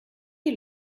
die